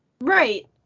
Right